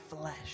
flesh